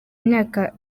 imyaka